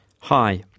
hi